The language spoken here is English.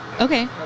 Okay